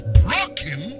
broken